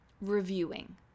reviewing